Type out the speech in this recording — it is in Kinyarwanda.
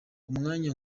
umwanya